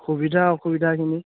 সুবিধা অসুবিধাখিনি